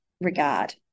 regard